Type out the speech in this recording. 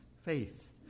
faith